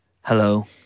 Hello